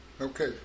Okay